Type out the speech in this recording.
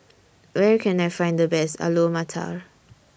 Where Can I Find The Best Alu Matar